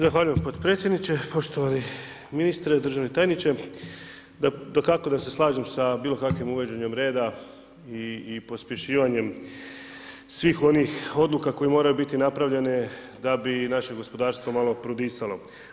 Zahvaljujem potpredsjedniče, poštovani ministre, državni tajniče, dakako da se slažem sa bilo kakvim uvođenjem reda i pospješivanjem svih onih odluka koje moraju biti napravljene da bi naše gospodarstvo malo prodisalo.